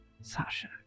Sasha